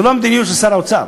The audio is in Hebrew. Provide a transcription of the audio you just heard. זו לא המדיניות של שר האוצר.